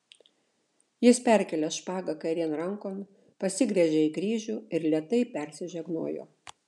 jis perkėlė špagą kairėn rankon pasigręžė į kryžių ir lėtai persižegnojo